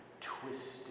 twisted